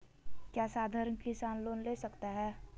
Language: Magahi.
क्या साधरण किसान लोन ले सकता है?